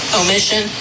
omission